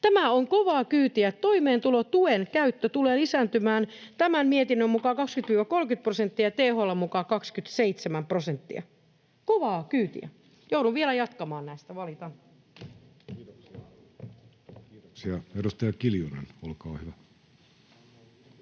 Tämä on kovaa kyytiä. Toimeentulotuen käyttö tulee lisääntymään tämän mietinnön mukaan 20—30 prosenttia ja THL:n mukaan 27 prosenttia. Kovaa kyytiä. Joudun vielä jatkamaan näistä — valitan. [Speech 156] Speaker: